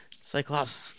Cyclops